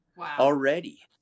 already